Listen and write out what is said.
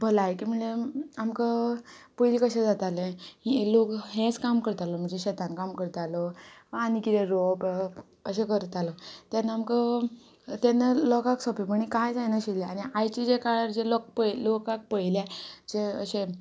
भलायकी म्हळ्ळ्या आमकां पयलीं कशें जातालें हे लोग हेंच काम करतालो म्हणजे शेतान काम करतालो वा आनी कितें रोवप अशें करतालो तेन्ना आमकां तेन्ना लोकाक सोंपेपणी कांय जायनाशिल्ले आनी आयचे जे काळार जे लोक पय लोकाक पळयल्या जे अशें